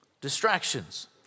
Distractions